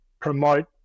promote